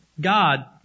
God